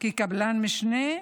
כקבלן משנה,